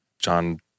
John